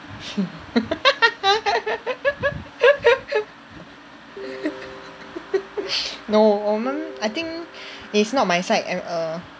no 我们 I think it is not my side and err